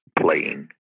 playing